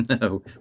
No